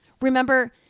Remember